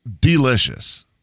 delicious